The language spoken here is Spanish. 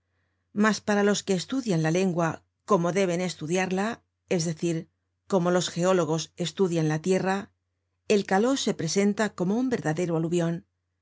mas para los que estudian la lengua como deben estudiarla es decir como los geólogos estudian la tierra el caló se presenta como un verdadero aluvion